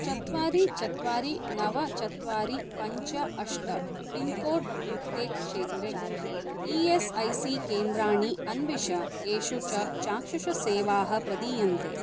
चत्वारि चत्वारि नव चत्वारि पञ्च अष्ट पिन्कोड् युक्ते क्षेत्रे ई एस् ऐ सी केन्द्राणि अन्विष येषु च चाक्षुषसेवाः प्रदीयन्ते